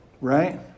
Right